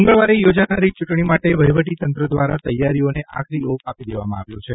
મંગળવારે યોજાનારી ચ્રંટણી માટે વહીવટીતંત્ર દ્વારા તેયારીઓને આખરી ઓપ આપી દેવામાં આવ્યો છે